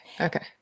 Okay